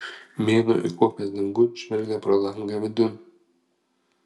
mėnuo įkopęs dangun žvelgia pro langą vidun